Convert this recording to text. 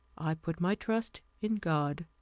i put my trust in god.